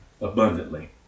abundantly